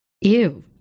Ew